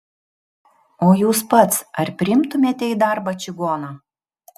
o jūs pats ar priimtumėte į darbą čigoną